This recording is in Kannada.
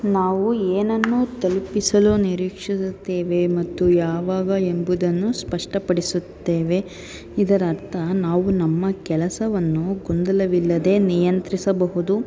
ನಾವು ಏನನ್ನು ತಲುಪಿಸಲು ನಿರೀಕ್ಷಿಸುತ್ತೇವೆ ಮತ್ತು ಯಾವಾಗ ಎಂಬುದನ್ನು ಸ್ಪಷ್ಟಪಡಿಸುತ್ತೇವೆ ಇದರ ಅರ್ಥ ನಾವು ನಮ್ಮ ಕೆಲಸವನ್ನು ಗೊಂದಲವಿಲ್ಲದೆ ನಿಯಂತ್ರಿಸಬಹುದು